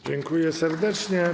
Dziękuję serdecznie.